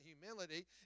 humility